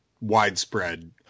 widespread